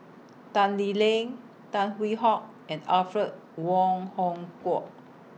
Tan Lee Leng Tan Hwee Hock and Alfred Wong Hong Kwok